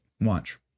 Watch